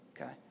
Okay